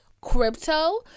crypto